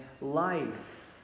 life